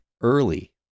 early